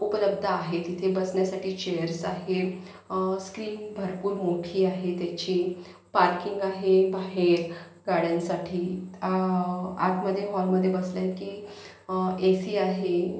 उपलब्ध आहे तिथे बसण्यासाठी चेअर्स आहेत स्क्रीन भरपूर मोठी आहे त्याची पार्किंग आहे बाहेर गाड्यांसाठी आतमध्ये हॉलमध्ये बसलं की एसी आहे